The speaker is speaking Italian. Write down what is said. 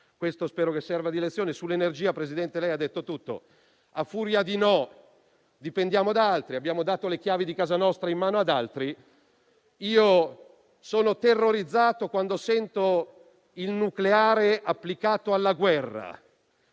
questo serva da lezione. Sull'energia ha detto tutto, Presidente: a furia di no, dipendiamo da altri; abbiamo dato le chiavi di casa nostra in mano ad altri. Sono terrorizzato, quando sento il nucleare applicato alla guerra,